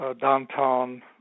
downtown